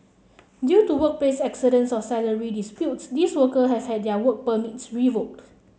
due to workplace accidents or salary disputes these worker have had their work permits revoked